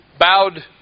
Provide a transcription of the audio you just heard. bowed